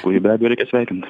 kurį be abejo reikia sveikint